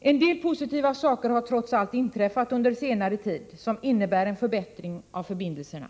En del positiva saker har trots allt inträffat under senare tid som innebär en förbättring av förbindelserna.